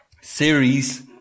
series